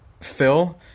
Phil